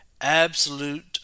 absolute